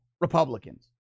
Republicans